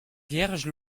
vierge